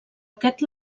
aquest